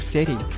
City